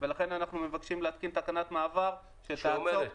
ולכן אנחנו מבקשים להתקין תקנת מעבר שתעצור